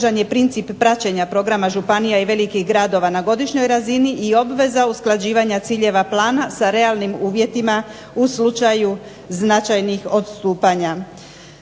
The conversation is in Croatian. uvjetima u slučaju značajnih odstupanja.